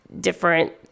different